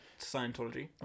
Scientology